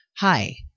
Hi